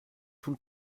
tout